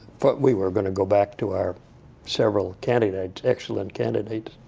but we were going to go back to our several candidates, excellent candidates.